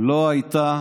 לא הייתה,